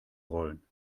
rollen